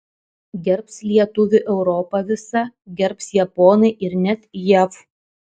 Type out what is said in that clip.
gerbs lietuvį europa visa gerbs japonai ir net jav